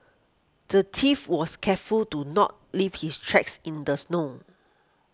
the thief was careful to not leave his tracks in the snow